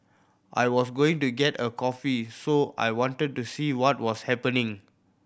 I was going to get a coffee so I wanted to do see what was happening